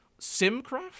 Simcraft